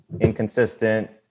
inconsistent